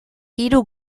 hiru